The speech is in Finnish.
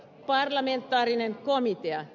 parlamentaarinen komitea